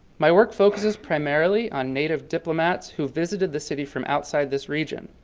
my work focuses primarily on native diplomats who visited the city from outside this region.